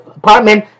apartment